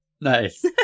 Nice